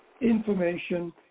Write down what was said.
information